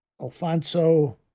Alfonso